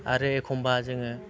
आरो एखमब्ला जोंङो